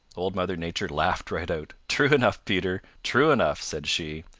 old mother nature laughed right out. true enough, peter, true enough, said she.